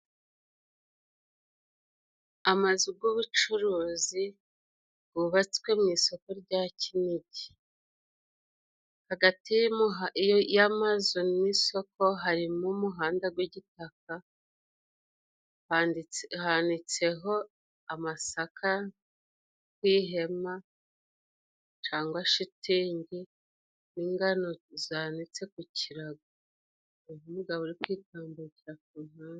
Amazu g'ubucuruzi gubatswe mu isoko rya Kinigi. Hagati y'amazu n'isoko harimo umuhanda gw'igitaka, hanitseho amasaka kw'ihema cangwa shitingi n'ingano zanitse ku kirago; hari n'umugabo uri kwitambukira kupande.